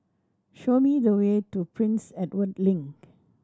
show me the way to Prince Edward Link